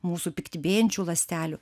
mūsų piktybėjančių ląstelių